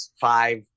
five